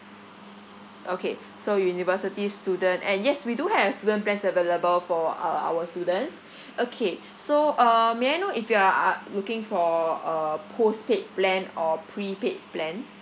okay so university student and yes we do have student plans available for uh our students okay so uh may I know if you are are looking for a postpaid plan or prepaid plan